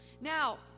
Now